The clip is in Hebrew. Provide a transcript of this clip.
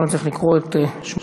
ואז לא נצטרך לקרוא את שמותיכם.